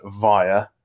via